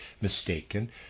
mistaken